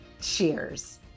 Cheers